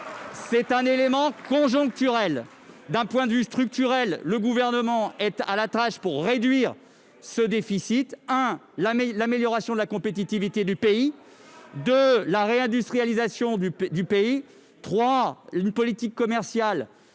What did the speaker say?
C'est un élément conjoncturel. D'un point de vue structurel, le Gouvernement est à la tâche pour réduire ce déficit au travers de l'amélioration de la compétitivité du pays, de sa réindustrialisation, d'une politique commerciale